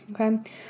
okay